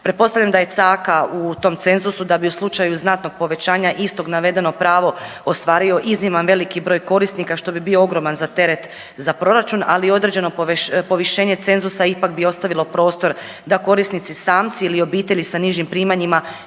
Pretpostavljam da je caka u tom cenzusu da bi u slučaju znatnog povećanja istog, navedeno pravo ostvario iznimno veliki broj korisnika, što bi bio ogroman za teret za proračun, ali određeno povišenje cenzusa ipak bi ostavilo prostor da korisnici samci ili obitelji sa nižim primanjima